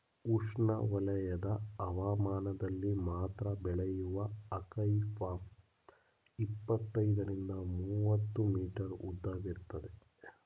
ಉಷ್ಣವಲಯದ ಹವಾಮಾನದಲ್ಲಿ ಮಾತ್ರ ಬೆಳೆಯುವ ಅಕೈ ಪಾಮ್ ಇಪ್ಪತ್ತೈದರಿಂದ ಮೂವತ್ತು ಮೀಟರ್ ಉದ್ದವಿರ್ತದೆ